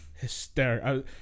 hysterical